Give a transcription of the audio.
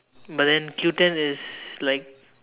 but then Q-ten is like